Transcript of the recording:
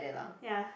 ya